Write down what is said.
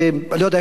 אני לא יודע,